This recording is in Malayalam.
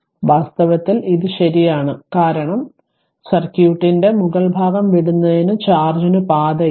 അതിനാൽ വാസ്തവത്തിൽ ഇത് ശരിയാണ് കാരണം സർക്യൂട്ടിന്റെ മുകൾ ഭാഗം വിടുന്നതിന് ചാർജിന് പാതയില്ല